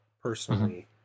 personally